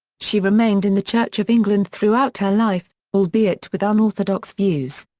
she remained in the church of england throughout her life, albeit with unorthodox views.